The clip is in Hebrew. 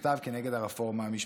מכתב נגד הרפורמה המשפטית,